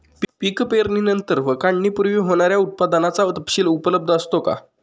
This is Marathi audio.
पीक पेरणीनंतर व काढणीपूर्वी होणाऱ्या उत्पादनाचा तपशील उपलब्ध असतो का?